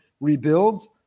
rebuilds